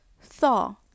Thaw